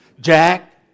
Jack